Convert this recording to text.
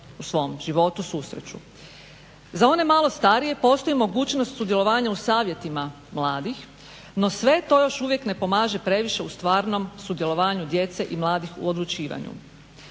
u svom životu susreću. Za one malo starije postoji mogućnost sudjelovanja u savjetima mladih, no sve to još uvijek ne pomaže previše u stvarnom sudjelovanju djecu i mladih u odlučivanju.